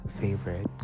favorite